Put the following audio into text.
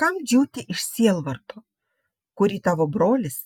kam džiūti iš sielvarto kurį tavo brolis